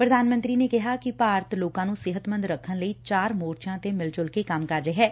ਪ੍ਰਧਾਨ ਮੰਤਰੀ ਨੇ ਕਿਹਾ ਕਿ ਭਾਰਤ ਲੋਕਾਂ ਨੂੰ ਸਿਹਤਮੰਦ ਰੱਖਣ ਲਈ ਚਾਰ ਮੋਰਚਿਆਂ ਤੇ ਮਿਲਜੁਲ ਕੇ ਕੰਮ ਕਰ ਰਿਹੈ